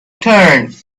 turned